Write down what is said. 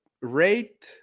rate